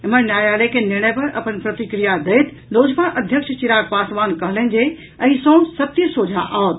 एम्हर न्यायालय के निर्णय पर अपन प्रतिक्रिया दैत लोजपा अध्यक्ष चिराग पासवान कहलनि जे एहि सॅ सत्य सोझा आओत